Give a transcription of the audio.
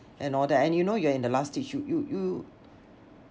and all that and you know you're in the last stage you you you